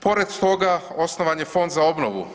Pored toga osnovan je Fond za obnovu.